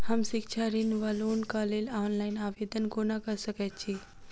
हम शिक्षा ऋण वा लोनक लेल ऑनलाइन आवेदन कोना कऽ सकैत छी?